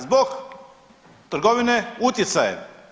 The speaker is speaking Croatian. Zbog trgovine utjecajem.